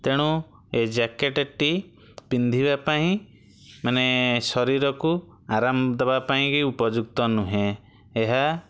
ତେଣୁ ଏ ଜ୍ୟାକେଟେଟି ପିନ୍ଧିବା ପାଇଁ ମାନେ ଶରୀରକୁ ଆରାମ ଦବାପାଇଁ କି ଉପଯୁକ୍ତ ନୁହେଁ ଏହା